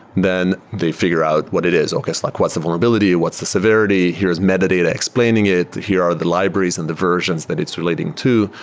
then they figure out what it is. okay. so like what's the vulnerability? what's the severity? here's metadata explaining it. here are the libraries and the versions that it's relating to,